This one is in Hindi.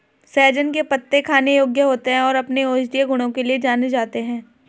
सहजन के पत्ते खाने योग्य होते हैं और अपने औषधीय गुणों के लिए जाने जाते हैं